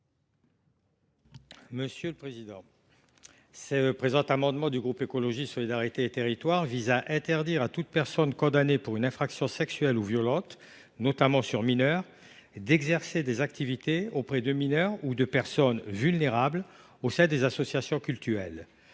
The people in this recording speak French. M. Guy Benarroche. Cet amendement du groupe GEST vise à interdire à toute personne condamnée pour une infraction sexuelle ou violente, notamment sur mineur, d’exercer des activités auprès de mineurs ou de personnes vulnérables au sein des associations cultuelles.